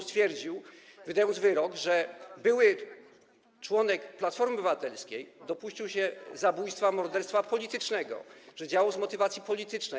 stwierdził, wydając wyrok, że były członek Platformy Obywatelskiej dopuścił się zabójstwa, morderstwa politycznego, że działał z motywacji politycznej.